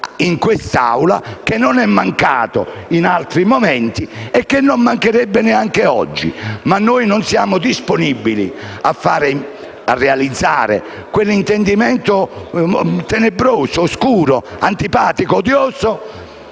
in questa Assemblea, che non è mancato in altri momenti e che non mancherebbe neanche oggi. Ma noi non siamo disponibili a realizzare quell'intendimento tenebroso, oscuro, antipatico e odioso